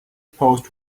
post